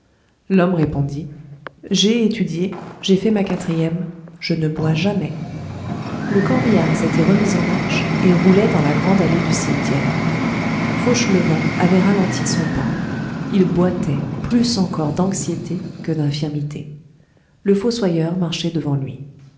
l'homme répondit j'ai étudié j'ai fait ma quatrième je ne bois jamais le corbillard s'était remis en marche et roulait dans la grande allée du cimetière fauchelevent avait ralenti son pas il boitait plus encore d'anxiété que d'infirmité le fossoyeur marchait devant lui